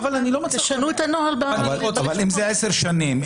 אבל אם זה עשר שנים,